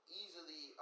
easily